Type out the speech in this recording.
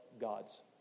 God's